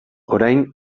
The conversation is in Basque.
orain